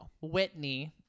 Whitney